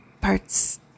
parts